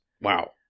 Wow